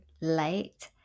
late